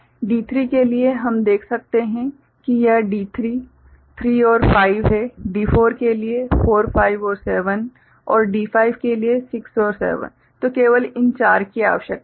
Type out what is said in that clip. D3 के लिए हम देख सकते हैं कि यह D3 3 और 5 है D4 के लिए 4 5 और 7 और D5 के लिए 6 और 7 तो केवल इन चार की आवश्यकता है